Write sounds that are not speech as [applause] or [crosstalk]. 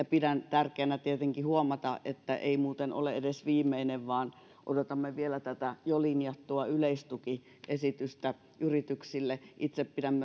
[unintelligible] pidän tietenkin tärkeänä että huomataan että ei muuten ole edes viimeinen vaan odotamme vielä jo linjattua yleistukiesitystä yrityksille itse pidän [unintelligible]